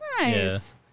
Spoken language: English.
Nice